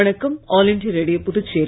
வணக்கம் All India Radio Puducherry